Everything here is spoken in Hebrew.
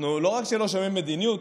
אנחנו לא רק שלא שומעים מדיניות,